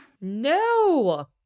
No